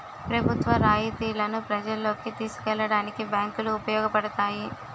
ప్రభుత్వ రాయితీలను ప్రజల్లోకి తీసుకెళ్లడానికి బ్యాంకులు ఉపయోగపడతాయి